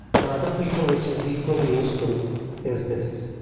the other feature, which is equally useful is this.